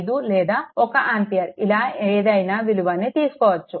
5 లేదా 1 ఆంపియర్ ఇలా ఏదైనా విలువను తీసుకోవచ్చు